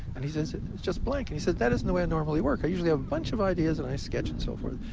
and he says, it's just blank. and he said, that isn't the way i normally work. i usually have a bunch of ideas, and i sketch and so forth.